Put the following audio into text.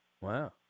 Wow